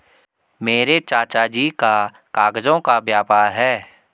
मेरे चाचा जी का कागजों का व्यापार है